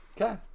Okay